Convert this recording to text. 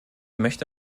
möchte